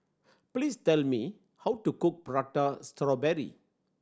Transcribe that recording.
please tell me how to cook Prata Strawberry